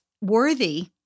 worthy